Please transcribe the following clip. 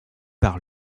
par